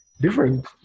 different